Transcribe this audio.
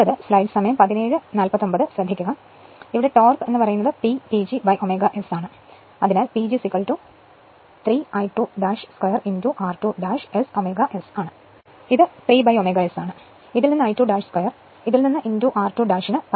അതിനാൽ ഇത് 3ω S ആണ് ഇതിൽ നിന്ന് I2 2 ഇതിൽ നിന്ന് r2 നു പകരം s ചേർക്കൂ